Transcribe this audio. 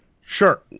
sure